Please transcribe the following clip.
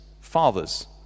fathers